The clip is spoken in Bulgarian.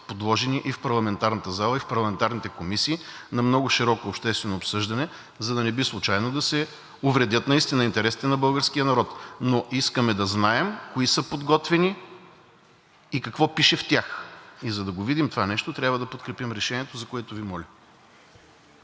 подложени и в парламентарната зала, и в парламентарните комисии на много широко обществено обсъждане, за да не би случайно да се увредят наистина интересите на българския народ. Искаме да знаем кои са подготвени и какво пише в тях. И за да го видим това нещо, трябва да подкрепим решението, за което Ви моля.